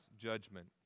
judgment